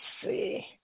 see